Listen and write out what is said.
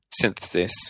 synthesis